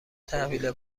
تحویل